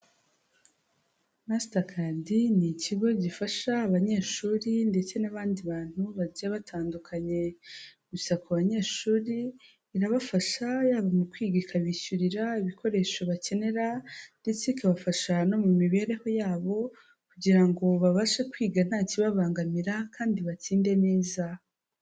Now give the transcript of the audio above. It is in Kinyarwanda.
Masitakadi ni ikigo gifasha abanyeshuri ndetse n'abandi bantu bagiye batandukanye, gusa ku banyeshuri irabafasha yaba mu kwiga ikabishyurira ibikoresho bakenera ndetse ikabafasha no mu mibereho yabo, kugira ngo babashe kwiga nta kibabangamira kandi batsinde neza.